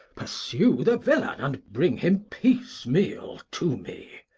pursue the villain, and bring him piece-meal to me.